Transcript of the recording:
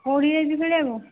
କେଉଁଠି ଯାଇଛୁ ଖେଳିବାକୁ